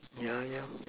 yeah yeah